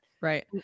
Right